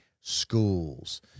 schools